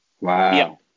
Wow